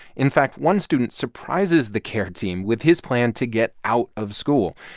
in fact, one student surprises the care team with his plan to get out of school.